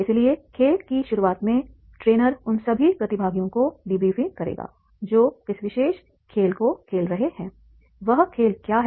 इसलिए खेल की शुरुआत में ट्रेनर उन सभी प्रतिभागियों को डिब्रीफिंग करेगा जो इस विशेष खेल को खेल रहे हैं वह खेल क्या है